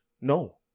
No